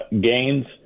gains